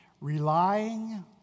Relying